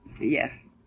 Yes